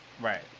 Right